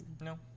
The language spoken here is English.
No